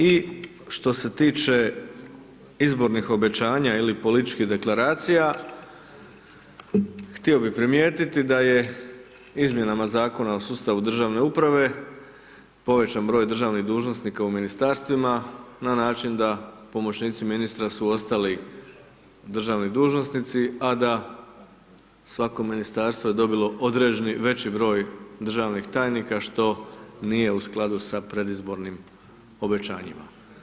I što se tiče izbornih obećanja ili političkih Deklaracija, htio bih primijetiti da je izmjenama Zakona o sustavu državne uprave povećan broj državnih dužnosnika u Ministarstvima na način da pomoćnici ministra su ostali državni dužnosnici, a da svako Ministarstvo je dobilo određeni veći broj državnih tajnika, što nije u skladu sa predizbornim obećanjima.